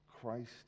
Christ